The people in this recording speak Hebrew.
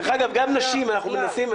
דרך אגב, גם נשים אנחנו מנסים.